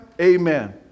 Amen